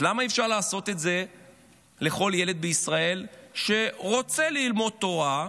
אז למה אי-אפשר לעשות את זה לכל ילד בישראל שרוצה ללמוד תורה?